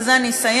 ובזה אני אסיים,